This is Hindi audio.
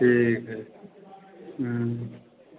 ठीक है